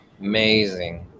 Amazing